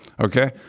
Okay